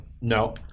No